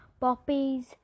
poppies